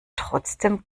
trotzdem